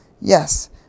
Yes